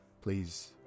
Please